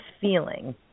feeling